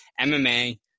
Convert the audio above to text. MMA